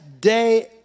day